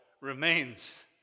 remains